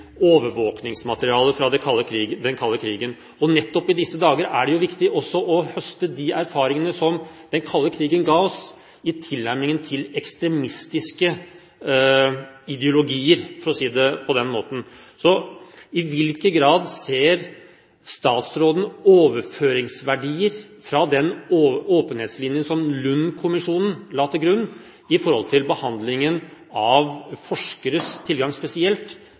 overvåkningsmaterialet fra den kalde krigen. Nettopp i disse dager er det jo viktig å høste de erfaringene som den kalde krigen ga oss, i tilnærmingen til ekstremistiske ideologier – for å si det på den måten. I hvilken grad ser statsråden overføringsverdier fra den åpenhetslinjen som Lund-kommisjonen la til grunn, ved behandlingen av forskeres tilgang til spesielt